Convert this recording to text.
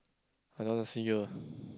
I don't want to see you